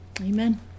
Amen